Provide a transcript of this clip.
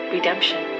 Redemption